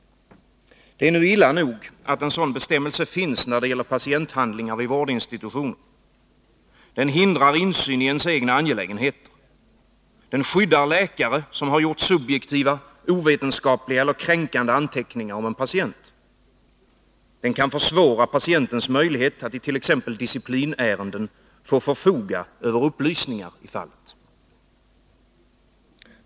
Det är illa nog att en sådan bestämmelse finns då det gäller patienthandlingar vid vårdinstitutioner. Den hindrar insyn i ens egna angelägenheter. Den skyddar läkare som gjort subjektiva, ovetenskapliga eller kränkande anteckningar om en patient. Den kan försvåra patientens möjlighet att it.ex. disciplinärenden få förfoga över upplysningar i fallet.